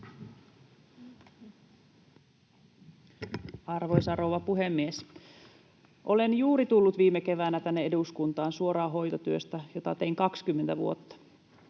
Arvoisa rouva puhemies! Olen juuri tullut viime keväänä tänne eduskuntaan suoraan hoitotyöstä, jota tein 20 vuotta.